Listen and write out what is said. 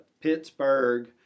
Pittsburgh